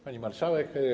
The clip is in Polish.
Pani Marszałek!